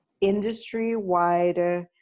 industry-wide